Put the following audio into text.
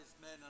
men